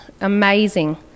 Amazing